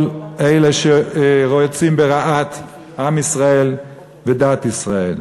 אלה שרוצים ברעת עם ישראל ודעת ישראל.